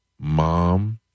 Mom